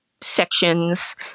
sections